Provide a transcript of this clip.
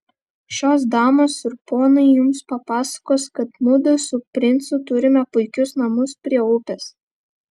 šios damos ir ponai jums papasakos kad mudu su princu turime puikius namus prie upės